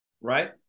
Right